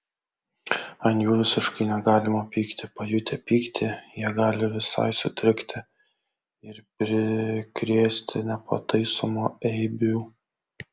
ant jų visiškai negalima pykti pajutę pyktį jie gali visai sutrikti ir prikrėsti nepataisomų eibių